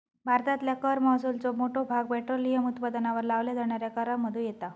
भारतातल्या कर महसुलाचो मोठो भाग पेट्रोलियम उत्पादनांवर लावल्या जाणाऱ्या करांमधुन येता